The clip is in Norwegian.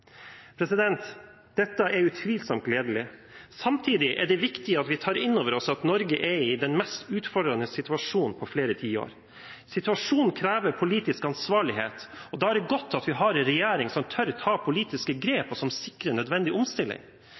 Dette er utvilsomt gledelig. Samtidig er det viktig at vi tar innover oss at Norge er i den mest utfordrende situasjonen på flere tiår. Situasjonen krever politisk ansvarlighet, og da er det godt at vi har en regjering som tør å ta politiske grep, og som sikrer nødvendig omstilling.